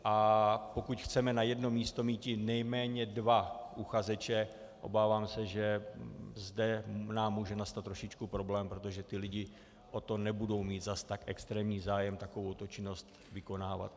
A pokud chceme na jedno místo mít nejméně dva uchazeče, obávám se, že zde nám může nastat trošičku problém, protože ti lidé nebudou mít zase tak extrémní zájem takovouto činnost vykonávat.